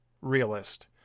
realist